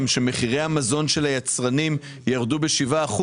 כשמחירי המזון של היצרנים ירדו ב-7%,